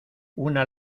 una